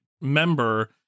member